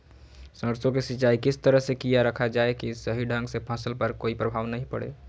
सरसों के सिंचाई किस तरह से किया रखा जाए कि सही ढंग से फसल पर कोई प्रभाव नहीं पड़े?